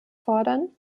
fordern